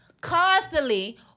constantly